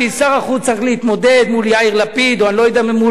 שר החוץ צריך להתמודד מול יאיר לפיד או אני לא יודע מול מי,